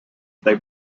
they